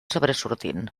sobresortint